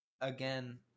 again